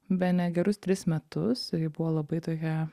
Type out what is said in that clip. bene gerus tris metus ji buvo labai tokia